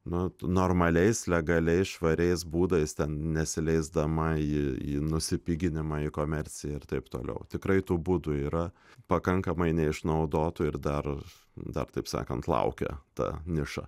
na normaliais legaliais švariais būdais ten nesileisdama į į nusipiginimą į komerciją ir taip toliau tikrai tų būdų yra pakankamai neišnaudotų ir dar dar taip sakant laukia ta niša